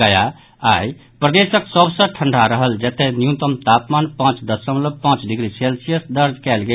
गया आई प्रदेशक सभ सँ ठंढा रहल जतय न्यूनतम तापमान पांच दशमलव पांच डिग्री सेल्सियस दर्ज कयल गेल